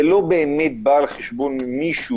זה לא באמת בא על חשבון מישהו,